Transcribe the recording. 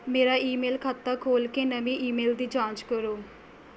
ਮੇਰਾ ਈਮੇਲ ਖਾਤਾ ਖੋਲ੍ਹ ਕੇ ਨਵੀਂ ਈਮੇਲ ਦੀ ਜਾਂਚ ਕਰੋ